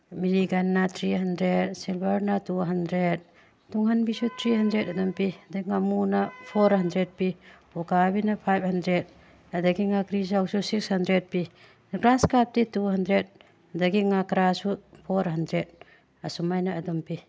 ꯃꯤꯔꯤꯒꯟꯅ three hundred ꯁꯤꯜꯚꯔꯅ two hundred ꯇꯨꯡꯍꯟꯕꯤꯁꯨ three hundred ꯑꯗꯨꯝ ꯄꯤ ꯑꯗꯩ ꯉꯥꯃꯨꯅ ꯐꯣꯔ ꯍꯟꯗ꯭ꯔꯦꯠ ꯄꯤ ꯎꯀꯥꯕꯤꯅ ꯐꯥꯏꯚ ꯍꯟꯗ꯭ꯔꯦꯠ ꯑꯗꯒꯤ ꯉꯥꯀꯤꯖꯧꯁꯨ ꯁꯤꯛꯁ ꯍꯟꯗ꯭ꯔꯦꯠ ꯄꯤ ꯒ꯭ꯔꯥꯁꯀꯞꯇꯤ ꯇꯨ ꯍꯟꯗ꯭ꯔꯦꯠ ꯑꯗꯒꯤ ꯉꯀ꯭ꯔꯥꯁꯨ ꯐꯣꯔ ꯍꯟꯗ꯭ꯔꯦꯠ ꯑꯁꯨꯃꯥꯏꯅ ꯑꯗꯨꯝ ꯄꯤ